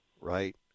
right